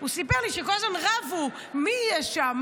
הוא סיפר לי שהם כל הזמן רבו מי יהיה שם,